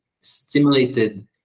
stimulated